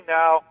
now